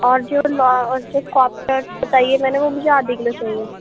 اور جو جو کاکٹر بتائی میں نے وہ مجھے آدھی کیلو چاہیے